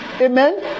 amen